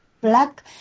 black